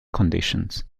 conditions